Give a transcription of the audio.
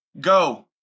go